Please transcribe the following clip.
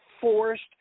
forced